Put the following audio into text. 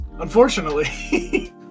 Unfortunately